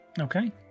okay